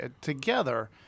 together